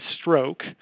stroke